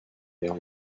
guerre